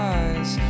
eyes